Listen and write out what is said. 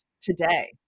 today